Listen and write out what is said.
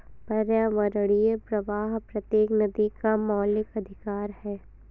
पर्यावरणीय प्रवाह प्रत्येक नदी का मौलिक अधिकार है